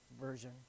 version